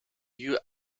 you